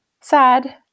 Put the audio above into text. sad